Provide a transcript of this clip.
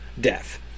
death